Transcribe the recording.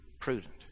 prudent